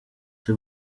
ese